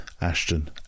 Ashton